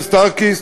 "סטארקיסט"